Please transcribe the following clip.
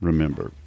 Remember